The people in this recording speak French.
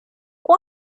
quoi